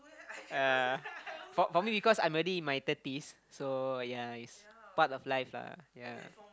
yeah for for me because I'm already in my thirties so ya it's part of life lah ya